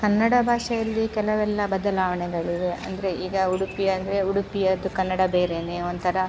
ಕನ್ನಡ ಭಾಷೆಯಲ್ಲಿ ಕೆಲವೆಲ್ಲ ಬದಲಾವಣೆಗಳಿವೆ ಅಂದರೆ ಈಗ ಉಡುಪಿ ಅಂದರೆ ಉಡುಪಿಯದ್ದು ಕನ್ನಡ ಬೇರೆಯೇ ಒಂಥರ